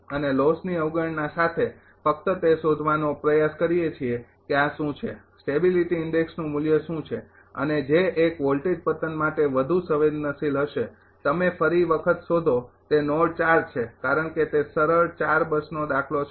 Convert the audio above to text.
અને લોસની અવગણના સાથે આપણે ફક્ત તે શોધવાનો પ્રયાસ કરીએ છીએ કે આ શું છે સ્ટેબિલીટી ઇન્ડેક્ષનું મૂલ્ય શું છે અને જે એક વોલ્ટેજ પતન માટે વધુ સંવેદનશીલ હશે તમે ફરી વખત શોધો તે નોડ છે કારણ કે તે સરળ બસનો દાખલો છે